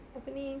apa ni